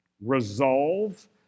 resolve